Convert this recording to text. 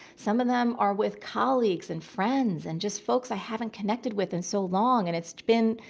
some of them are with colleagues and friends and just folks i haven't connected with in so long. and it's been,